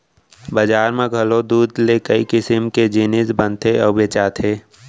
बजार म घलौ दूद ले कई किसम के जिनिस बनथे अउ बेचाथे